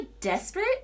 desperate